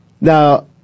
Now